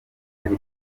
ari